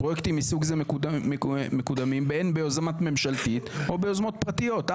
פרויקטים מסוג זה מקודמים הן ביוזמה ממשלתית או ביוזמות פרטיות.".